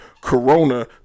Corona